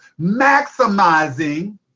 maximizing